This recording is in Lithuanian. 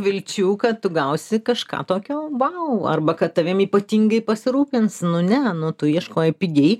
vilčių kad tu gausi kažką tokio vau arba kad tavim ypatingai pasirūpins nu ne nu tu ieškojai pigiai